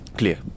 clear